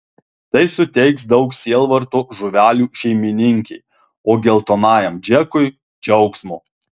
tai suteiks daug sielvarto žuvelių šeimininkei o geltonajam džekui džiaugsmo